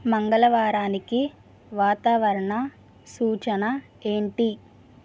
మంగళవారానికి వాతావరణ సూచన ఏంటి